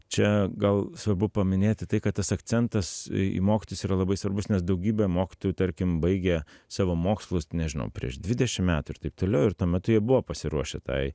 čia gal svarbu paminėti tai kad tas akcentas į mokytojus yra labai svarbus nes daugybė mokytojų tarkim baigė savo mokslus nežinau prieš dvidešim metų ir taip toliau ir tuo metu jie buvo pasiruošę tai